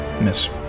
Miss